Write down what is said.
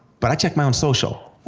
but i check my own social.